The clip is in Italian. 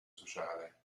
sociale